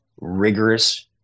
rigorous